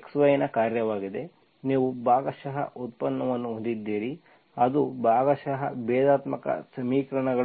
x y ನ ಕಾರ್ಯವಾಗಿದೆ ನೀವು ಭಾಗಶಃ ಉತ್ಪನ್ನವನ್ನು ಹೊಂದಿದ್ದೀರಿ ಅದು ಭಾಗಶಃ ಭೇದಾತ್ಮಕ ಸಮೀಕರಣಗಳು